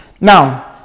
Now